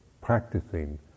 practicing